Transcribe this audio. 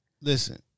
Listen